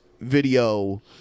video